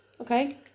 Okay